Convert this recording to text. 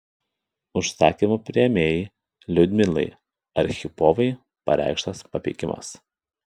užsakymų priėmėjai liudmilai archipovai pareikštas papeikimas